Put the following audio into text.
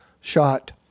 shot